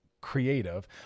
creative